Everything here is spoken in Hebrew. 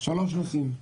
שלושה נושאים,